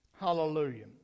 Hallelujah